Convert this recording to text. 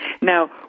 Now